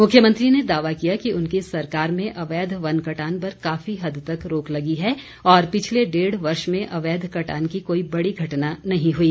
मुख्यमंत्री ने दावा किया कि उनकी सरकार में अवैध वन कटान पर काफी हद तक रोक लगी है और पिछले डेढ़ वर्ष में अवैध कटान की कोई बड़ी घटना नहीं हुई